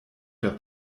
der